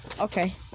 Okay